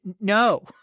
no